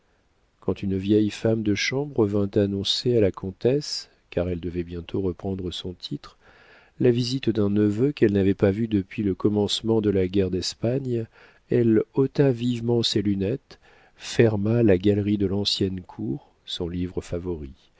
quand une vieille femme de chambre vint annoncer à la comtesse car elle devait bientôt reprendre son titre la visite d'un neveu qu'elle n'avait pas vu depuis le commencement de la guerre d'espagne elle ôta vivement ses lunettes ferma la galerie de l'ancienne cour son livre favori